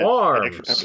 arms